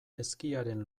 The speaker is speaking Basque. ezkiaren